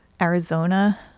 Arizona